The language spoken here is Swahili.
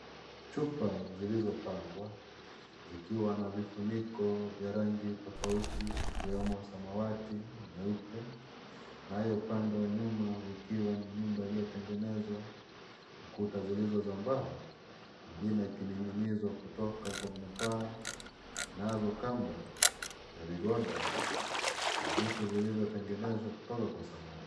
Chupa zilizopangwa zikiwa na vifuniko vya rangi tofauti ikiwemo samawati, nyeupe. Nayo upande wa nyuma ukiwa ni nyumba iliyotengenezwa ukuta zilizo za mbao, ngine ikining'inizwa kutoka kwenye paa nazo kamba na vigoda na vitu vilivyotengenezwa kutoka kwa samani.